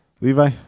Levi